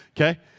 okay